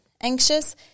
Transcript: anxious